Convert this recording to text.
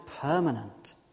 permanent